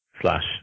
slash